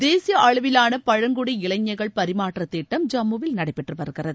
தேசியஅளவிலானபழங்குடி இளைஞர்கள் பரிமாற்றதிட்டம் ஜம்முவில் நடைபெற்றுவருகிறது